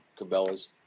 Cabela's